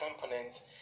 components